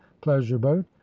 pleasure-boat